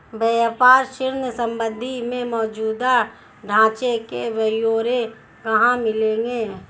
व्यापार ऋण संबंधी मौजूदा ढांचे के ब्यौरे कहाँ मिलेंगे?